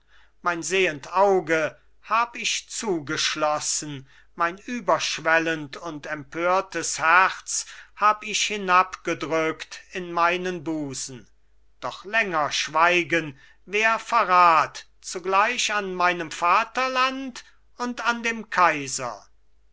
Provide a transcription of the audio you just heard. mein sehend auge hab ich zugeschlossen mein überschwellend und empörtes herz hab ich hinabgedrückt in meinen busen doch länger schweigen wär verrat zugleich an meinem vaterland und an dem kaiser